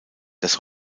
das